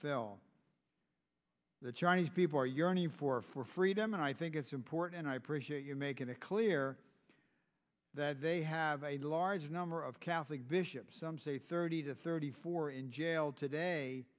fell the chinese people are yearning for for freedom and i think it's important and i appreciate you making it clear that they have a large number of catholic bishops some say thirty to thirty four in jail today